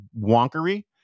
wonkery